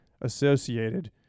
associated